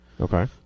Okay